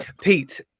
Pete